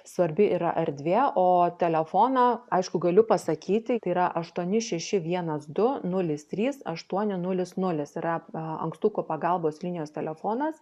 svarbi yra erdvė o telefoną aišku galiu pasakyti tai yra aštuoni šeši vienas du nulis trys aštuoni nulis nulis yra ankstukų pagalbos linijos telefonas